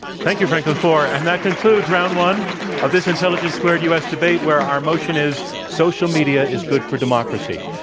thank you, franklin foer. and that concludes round one of this intelligence squared u. s. debate, where our motion is social media is good for democracy.